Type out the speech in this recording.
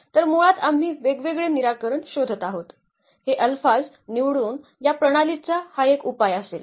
तर मुळात आम्ही वेगवेगळे निराकरण शोधत आहोत हे अल्फाज निवडून या प्रणालीचा हा एक उपाय असेल